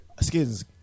Skins